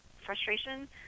frustration